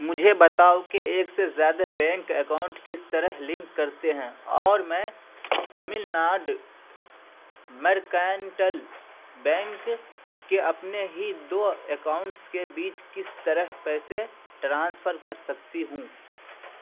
مجھے بتاؤ کہ ایک سے زیادہ بینک اکاؤنٹ کس طرح لنک کرتے ہیں اور میں تمل ناڈ مرکینٹل بینک کے اپنے ہی دو اکاؤنٹس کے بیچ کس طرح پیسے ٹرانسفر کر سکتی ہوں